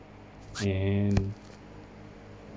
and